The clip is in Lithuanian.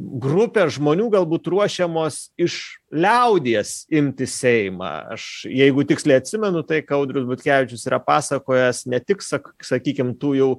grupės žmonių galbūt ruošiamos iš liaudies imti seimą aš jeigu tiksliai atsimenu tai ką audrius butkevičius yra pasakojęs ne tik sak sakykim tų jau